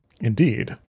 indeed